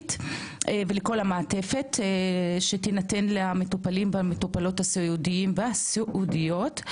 הדיגיטלית ולכל המעטפת שתינתן למטופלים ולמטופלות הסיעודיים והסיעודיות.